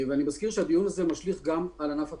אני מזכיר שהדיון הזה משליך גם על ענף התיירות.